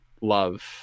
love